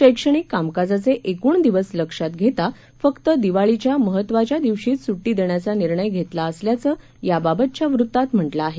शैक्षणिक कामकाजाचे एकूण दिवस लक्षात घेता फक्त दिवाळीच्या महत्त्वाच्या दिवशीच सुरी देण्याचा निर्णय घेतला असल्याचं याबाबतच्या वृत्तात म्हाक्रिं आहे